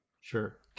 Sure